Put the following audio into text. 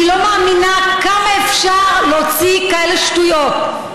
אני לא מאמינה כמה אפשר להוציא כאלה שטויות.